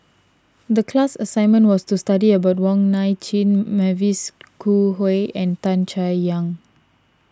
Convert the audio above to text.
the class assignment was to study about Wong Nai Chin Mavis Khoo Oei and Tan Chay Yan